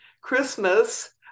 Christmas